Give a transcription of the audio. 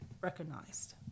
recognized